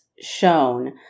shown